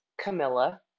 Camilla